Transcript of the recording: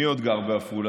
מי עוד גר בעפולה?